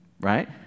Right